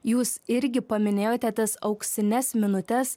jūs irgi paminėjote tas auksines minutes